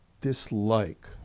dislike